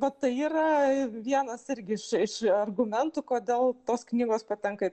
va tai yra vienas irgi iš iš argumentų kodėl tos knygos patenka į